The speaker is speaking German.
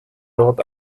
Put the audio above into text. dort